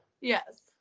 Yes